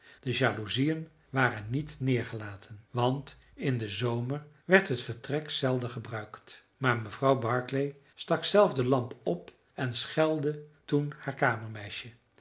de jaloezieën waren niet neergelaten want in den zomer werd het vertrek zelden gebruikt maar mevrouw barclay stak zelf de lamp op en schelde toen haar